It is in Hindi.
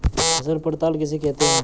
फसल पड़ताल किसे कहते हैं?